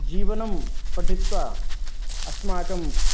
जीवनं पठित्वा अस्माकं